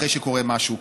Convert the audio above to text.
אחרי שקורה משהו.